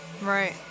Right